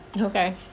Okay